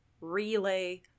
relay